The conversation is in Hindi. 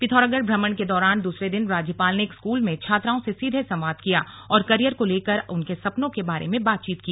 पिथौरागढ़ भ्रमण के दूसरे दिन राज्यपाल ने एक स्कूल में छात्राओं से सीधे संवाद किया और करियर को लेकर उनके सपनों के बारे में बातचीत की